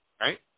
right